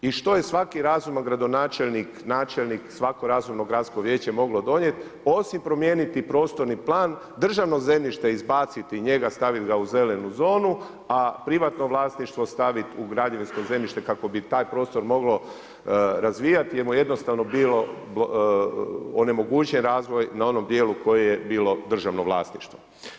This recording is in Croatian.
I što je svaki razumni gradonačelnik, načelnik i svako razumno gradsko vijeće moglo donijeti, osim promijeniti prostorni plan, državno zemljište izbaciti i njega staviti ga u zelenu zonu, a privatno vlasništvo staviti u građevinsko zemljište, kako bi taj prostor moglo razvijati, jer mu jednostavno bilo onemogućen razvoj na onom dijelu koje je bilo državno vlasništvo.